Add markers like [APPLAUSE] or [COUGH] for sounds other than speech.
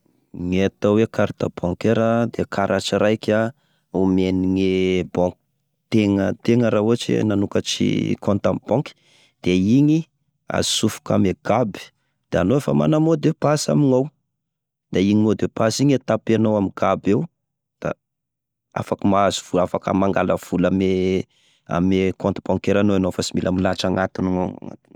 Gne atao hoe carte bancaire dia karatry raiky a omenigne banque tegna ategna raha ohatra ka manokatra compte amin'ny banque da igny asofoka ame GAB, da anao efa mana mot de passe amignao, da igny mot de passe igny tapenao ame GAB eo da afaka mahazo vo, afaka mangala vola ame, ame compte bancaire nao anao fa sy mi mila milahatra agnatinao. [NOISE]